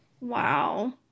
wow